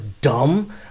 dumb